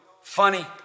Funny